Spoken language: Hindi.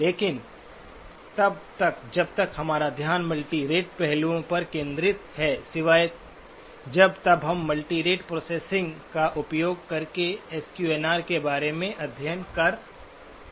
लेकिन तब तक जब तक हमारा ध्यान मल्टीरेट पहलुओं पर केंद्रित है सिवाय तब जब हम मल्टीरेट प्रोसेसिंग का उपयोग करके एस क्यू एन आर के बारे में अध्ययन कर रहे हैं